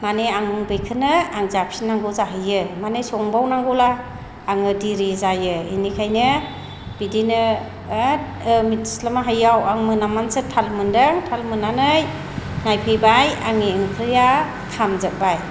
माने आं बेखोनो आं जाफिननांगौ जाहैयो माने संबावनांगौब्ला आङो दिरि जायो बिनिखायनो बिदिनो एथ मिथिस्लाबनो हायियाव आं मोनामनासो थाल मोन्दों थाल मोननानै नायफैबाय आंनि ओंख्रैया खामजोबबाय